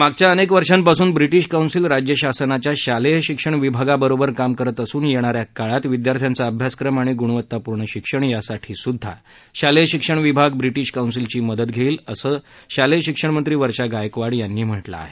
मागील अनेक वर्षांपासून ब्रिटीश कौन्सिल राज्यशासनाच्या शालेय शिक्षण विभागाबरोबर काम करत असून येणाऱ्या काळात विद्यार्थ्यांचा अभ्यासक्रम आणि गुणवत्तापूर्ण शिक्षण यासाठीसुध्दा शालेय शिक्षण विभाग ब्रिटीश कौन्सिलची मदत घेणार असल्याचं शालेय शिक्षण मंत्री वर्षा गायकवाड यांनी म्हटलं आहे